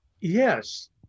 yes